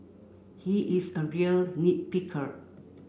he is a real nit picker